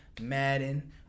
Madden